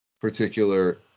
particular